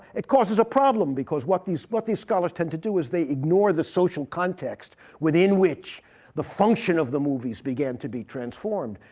it causes a problem. because what these what these scholars tend to do is they ignore the social context within which the function of the movies began to be transformed.